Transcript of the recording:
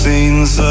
Scenes